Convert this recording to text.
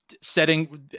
setting